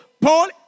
paul